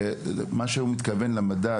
מה שהוא מתכוון אליו זה המדד.